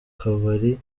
kabari